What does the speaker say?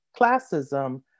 classism